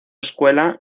escuela